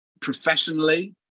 professionally